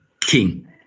king